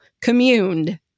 communed